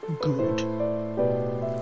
good